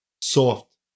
soft